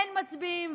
אין מצביעים,